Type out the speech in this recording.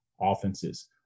offenses